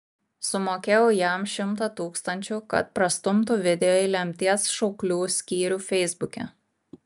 sumokėjau jam šimtą tūkstančių kad prastumtų video į lemties šauklių skyrių feisbuke